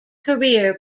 career